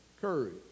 courage